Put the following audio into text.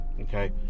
okay